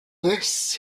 this